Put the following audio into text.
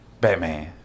Batman